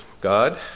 God